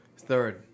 Third